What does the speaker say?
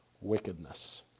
wickedness